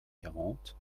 quarante